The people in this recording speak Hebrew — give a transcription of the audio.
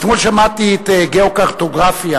אתמול שמעתי את "גיאוקרטוגרפיה",